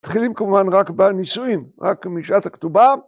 מתחילים כמובן רק בנישואים, רק משעת הכתובה.